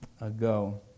ago